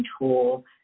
tool